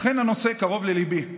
לכן הנושא קרוב לליבי.